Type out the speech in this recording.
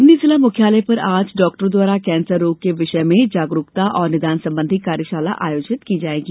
सिवनी जिला मुख्यालय पर आज चिकित्सकों द्वारा कैंसर रोग के विषय में जागरूकता एवं निदान संबंधी कार्यशाला आयोजित की जायेगी